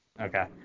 Okay